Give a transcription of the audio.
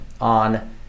on